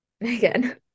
again